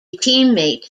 teammate